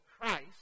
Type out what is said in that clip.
Christ